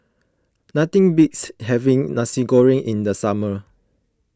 nothing beats having Nasi Goreng in the summer